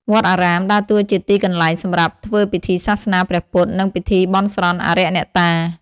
វត្តអារាម ដើរតួជាទីកន្លែងសម្រាប់ធ្វើពិធីសាសនាព្រះពុទ្ធ និងពិធីបន់ស្រន់អារក្សអ្នកតា។